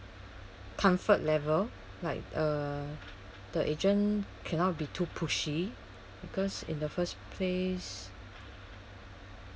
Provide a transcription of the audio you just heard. comfort level like uh the agent cannot be too pushy because in the first place